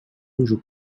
anjo